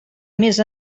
més